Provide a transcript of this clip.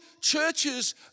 churches